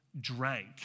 drank